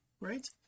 right